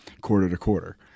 quarter-to-quarter